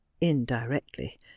Indirectly